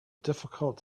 difficult